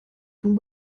von